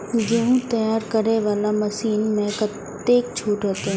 गेहूं तैयारी करे वाला मशीन में कतेक छूट होते?